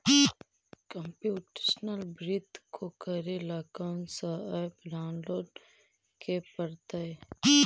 computational वित्त को करे ला कौन स ऐप डाउनलोड के परतई